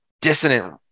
dissonant